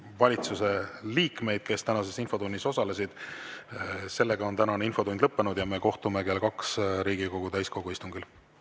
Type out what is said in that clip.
valitsuse liikmeid, kes tänases infotunnis osalesid. Tänane infotund on lõppenud ja me kohtume kell kaks Riigikogu täiskogu istungil.